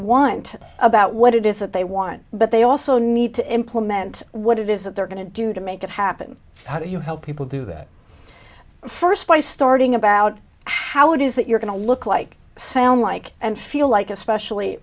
want about what it is that they want but they also need to implement what it is that they're going to do to make it happen how do you help people do that first by starting about how it is that you're going to look like sound like and feel like especially